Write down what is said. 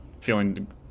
feeling